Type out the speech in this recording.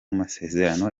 masezerano